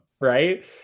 right